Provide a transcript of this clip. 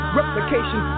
replication